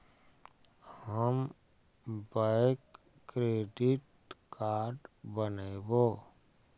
हम bank credit card बनैवो?